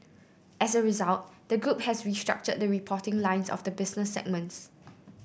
as a result the group has restructured the reporting lines of the business segments